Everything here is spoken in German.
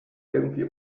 irgendwie